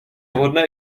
vhodné